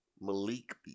Malik